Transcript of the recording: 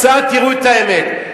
קצת תראו את האמת.